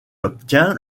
obtient